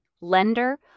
lender